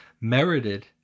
merited